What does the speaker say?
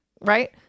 right